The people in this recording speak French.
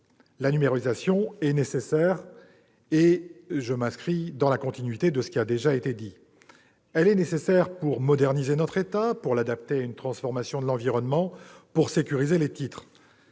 la numérisation est nécessaire, je m'inscris dans la continuité de ce qui a déjà été dit, pour moderniser notre État, pour l'adapter à une transformation de l'environnement et sécuriser les titres.